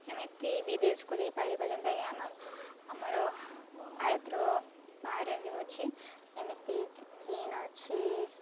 ଏମିତି ବିଦେଶକୁ ଯାଇପାରିବା ଯେନ୍ତାକି ଆମ ଆମର ଭାରତର ବାହାରେ ଅଛି ଯେମିତି ଚୀନ ଅଛି